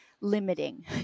limiting